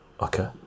okay